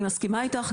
אני מסכימה איתך.